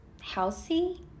healthy